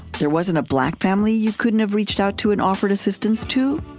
there wasn't a black family you couldn't have reached out to and offered assistance to?